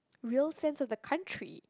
real sense of the country